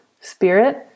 spirit